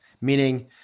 meaning